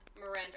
Miranda